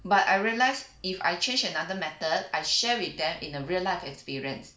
but I realize if I change another method I share with them in a real life experience